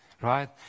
right